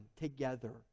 together